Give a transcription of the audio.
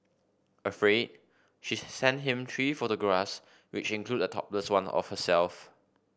afraid she sent him three photographs which included a topless one of herself